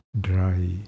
dry